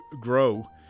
grow